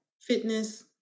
fitness